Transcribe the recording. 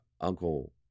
uncle